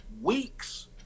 weeks